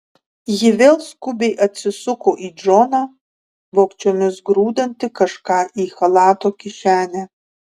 ji vėl skubiai atsisuko į džoną vogčiomis grūdantį kažką į chalato kišenę